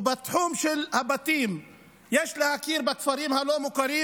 ובתחום של הבתים יש להכיר בכפרים הלא-מוכרים.